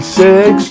six